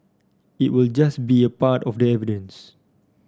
it will just be a part of the evidence